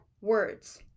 words